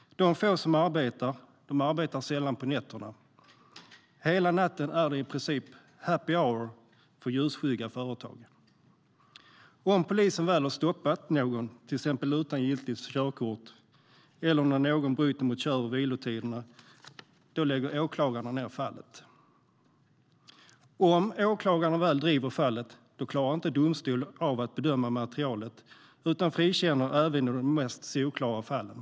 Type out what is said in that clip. De få som arbetar gör det sällan på nätterna. Hela natten är det i princip happy hour för ljusskygga företag. Om polisen väl har stoppat någon, till exempel någon utan giltigt körkort eller någon som bryter mot kör och vilotiderna, lägger åklagarna ned fallet. Om åklagarna väl driver fallet klarar domstolen inte av att bedöma materialet utan frikänner även i de mest solklara fallen.